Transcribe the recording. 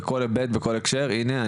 בכל היבט ובכל הקשר הנה,